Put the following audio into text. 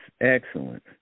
excellent